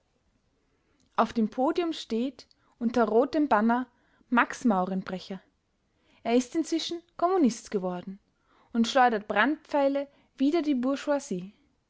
auf dem podium steht unter rotem banner max maurenbrecher er ist inzwischen kommunist geworden und schleudert brandpfeile wider die